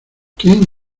quién